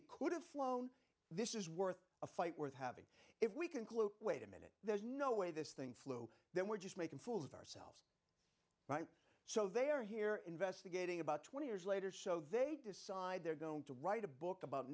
y could have flown this is worth a fight worth having if we can wait a minute there's no way this thing flew then we're just making fools of ourselves so they are here investigating about twenty years later so they decide they're going to write a book about